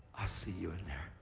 i see you in there.